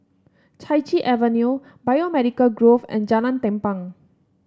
Chai Chee Avenue Biomedical Grove and Jalan Tampang